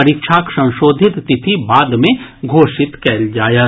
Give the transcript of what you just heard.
परीक्षाक संशोधित तिथि बाद मे घोषित कयल जायत